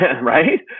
right